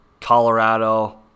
Colorado